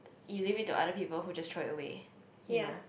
you leave it to other people who just throw it away you know